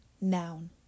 Noun